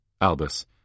Albus